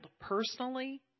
personally